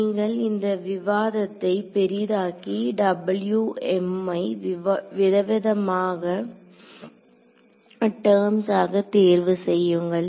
நீங்கள் இந்த விவாதத்தை பெரிதாக்கி ஐ விதவிதமான டெர்ம்ஸ் ஆக தேர்வு செய்யுங்கள்